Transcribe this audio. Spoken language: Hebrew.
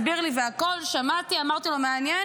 הוא הסביר לי והכול, שמעתי, ואמרתי לו, מעניין,